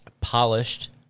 polished